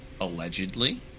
allegedly